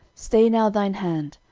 stay now thine hand.